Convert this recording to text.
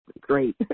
great